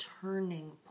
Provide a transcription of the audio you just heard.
turning